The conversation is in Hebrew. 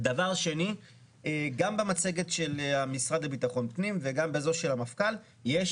גם במצגת של המשרד לביטחון פנים וגם בזו של המפכ"ל יש